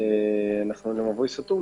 שאנחנו במבוי סתום,